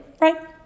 right